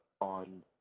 on